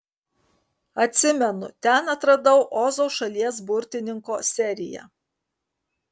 atsimenu ten atradau ozo šalies burtininko seriją